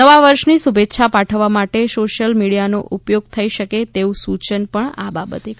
નવા વર્ષની શુભેચ્છા પાઠવવા માટે સોશિયલ મીડિયાનો ઉપયોગ થઈ શકે તેવું સૂયન પણ આ બાબતે કરાયું છે